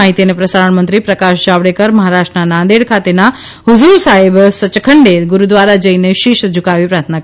માહિતી અને પ્રસારણ મંત્રી પ્રકાશ જાવડેકર મહારાષ્ટ્રના નાંદેડ ખાતેના ઠુઝુર સાહેબ સચખંડે ગુરૂદ્વારા જઈને શીશ ઝુંકાવી પ્રાર્થના કરી હતી